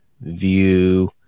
view